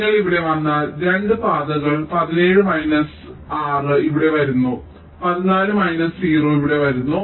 നിങ്ങൾ ഇവിടെ വന്നാൽ 2 പാതകൾ 17 മൈനസ് 6 ഇവിടെ വരുന്നു 14 മൈനസ് 0 ഇവിടെ വരുന്നു